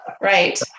Right